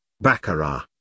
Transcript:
Baccarat